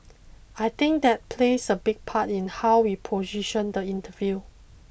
I think that plays a big part in how we position the interview